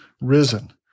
risen